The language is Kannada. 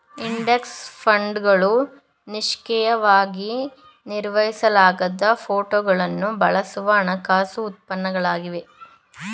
ಇಂಡೆಕ್ಸ್ ಫಂಡ್ಗಳು ನಿಷ್ಕ್ರಿಯವಾಗಿ ನಿರ್ವಹಿಸಲಾಗದ ಫೋಟೋಗಳನ್ನು ಬಳಸುವ ಹಣಕಾಸು ಉತ್ಪನ್ನಗಳಾಗಿವೆ